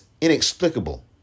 inexplicable